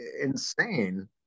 insane